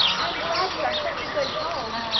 i'm glad you have such a good home,